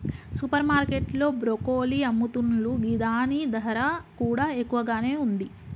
super market లో broccoli అమ్ముతున్లు గిదాని ధర కూడా ఎక్కువగానే ఉంది